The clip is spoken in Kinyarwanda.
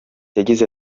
yagize